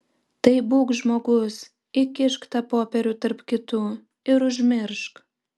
tai būk žmogus įkišk tą popierių tarp kitų ir užmiršk